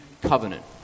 covenant